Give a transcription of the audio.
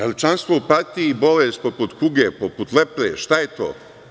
Je li članstvo u partiji bolest poput kuge, poput lepre, šta je to?